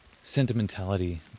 sentimentality